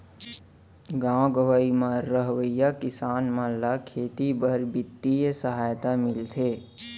गॉव गँवई म रहवइया किसान मन ल खेती बर बित्तीय सहायता मिलथे